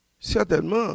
Certainement